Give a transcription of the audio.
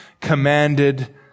commanded